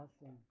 awesome